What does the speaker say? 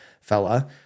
fella